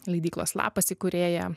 leidyklos lapas įkūrėja